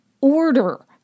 order